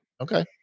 Okay